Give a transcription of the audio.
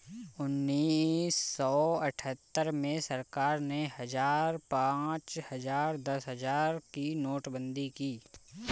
उन्नीस सौ अठहत्तर में सरकार ने हजार, पांच हजार, दस हजार की नोटबंदी की